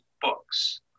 books